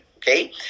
Okay